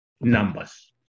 numbers